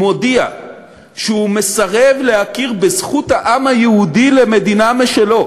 מודיע שהוא מסרב להכיר בזכות העם היהודי למדינה משלו,